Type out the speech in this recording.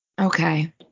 Okay